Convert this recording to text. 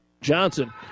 Johnson